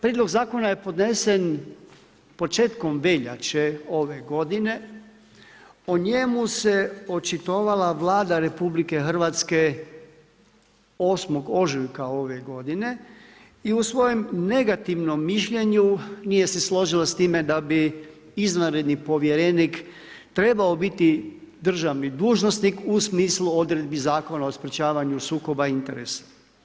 Prijedlog zakona je podnesen početkom veljače ove godine, o njemu se očitovala Vlada RH 8. ožujka ove godine i u svojem negativnom mišljenju nije se složila s time da bi izvanredni povjerenik trebao biti državni dužnosnik u smislu odredbi Zakona o sprečavanju sukoba interesa.